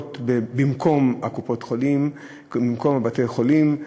שפועלות במקום קופות-החולים ובמקום בתי-החולים.